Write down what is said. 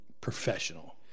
professional